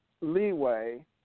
leeway